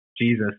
Jesus